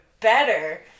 better